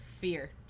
fear